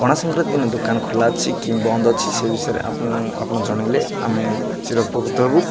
ପଣା ସଂକ୍ରାନ୍ତି ଦିନ ଦୋକାନ ଖୋଲା ଅଛି କି ବନ୍ଦ ଅଛି ସେ ବିଷୟରେ ଆପଣ ଆପଣ ଜଣାଇଲେ ଆମେ ଚିରପକୃତ ହବୁ